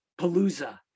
palooza